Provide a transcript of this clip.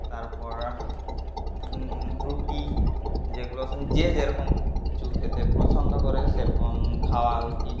তারপর রুটি যেগুলো যে যেরকম কিছু খেতে পছন্দ করে সেরকম খাওয়া উচিত